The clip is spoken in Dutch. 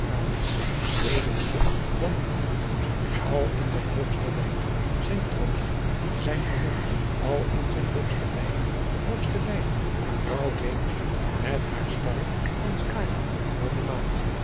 deeden meer dan een lachjen doet al in zijn hoogste lijden zij troosten zijn gemoedt al in zij hoogste lijden hoogste lijden vrouw venus met haar starre t'hans klaarder dan de maan